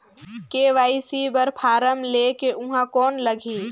KYC बर form ले के ऊहां कौन लगही?